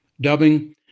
dubbing